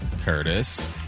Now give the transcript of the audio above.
Curtis